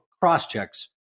cross-checks